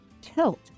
tilt